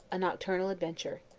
a nocturnal adventure.